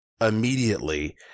immediately